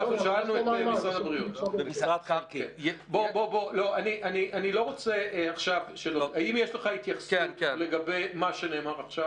400. האם יש לך התייחסות לגבי מה שנאמר עכשיו,